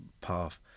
path